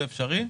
זה אפשרי?